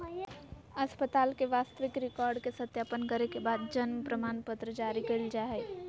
अस्पताल के वास्तविक रिकार्ड के सत्यापन करे के बाद जन्म प्रमाणपत्र जारी कइल जा हइ